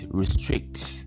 restricts